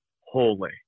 holy